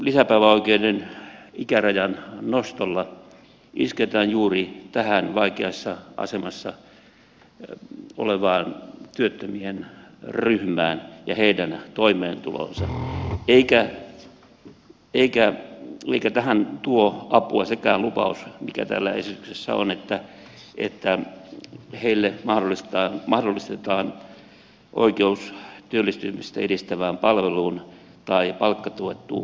tällä lisäpäiväoikeuden ikärajan nostolla isketään juuri tähän vaikeassa asemassa olevaan työttömien ryhmään ja heidän toimeentuloonsa eikä tähän tuo apua sekään lupaus mikä täällä esityksessä on että heille mahdollistetaan oikeus työllistymistä edistävään palveluun tai palkkatuettuun työhön